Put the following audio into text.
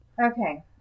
Okay